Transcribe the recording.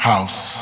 house